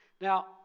Now